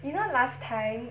you know last time